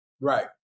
Right